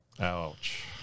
Ouch